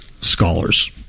scholars